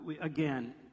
again